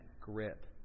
grip